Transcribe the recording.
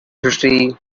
history